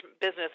business